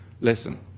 listen